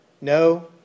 no